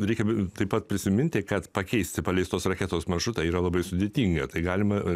reikia taip pat prisiminti kad pakeisti paleistos raketos maršrutą yra labai sudėtinga tai galima